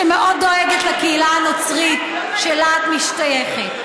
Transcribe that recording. שמאוד דואגת לקהילה הנוצרית שאליה את משתייכת.